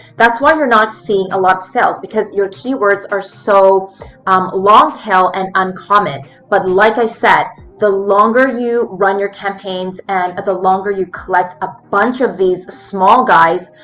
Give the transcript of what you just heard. that's why you're not seeing a lot of sales because your keywords are so um long tail and uncommon. but like i said, the longer you run your campaigns and the longer you collect a bunch of these small guys,